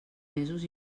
mesos